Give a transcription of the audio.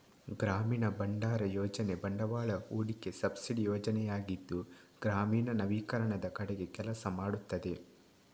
ಗ್ರಾಮೀಣ ಭಂಡಾರ ಯೋಜನೆ ಬಂಡವಾಳ ಹೂಡಿಕೆ ಸಬ್ಸಿಡಿ ಯೋಜನೆಯಾಗಿದ್ದು ಗ್ರಾಮೀಣ ನವೀಕರಣದ ಕಡೆಗೆ ಕೆಲಸ ಮಾಡುತ್ತದೆ